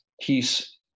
peace